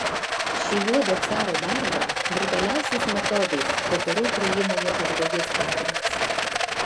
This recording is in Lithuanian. šį juodą caro darbą brutaliausiais metodais vakarų ukrainoje užbaigė stalinas